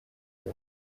mit